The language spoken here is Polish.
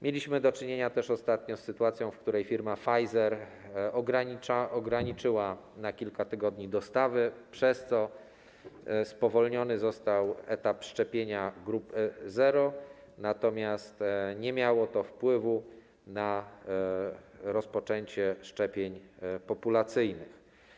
Mieliśmy też ostatnio do czynienia z sytuacją, w której firma Pfizer ograniczyła na kilka tygodni dostawy, przez co spowolniony został etap szczepienia grupy zero, natomiast nie miało to wpływu na rozpoczęcie szczepień populacyjnych.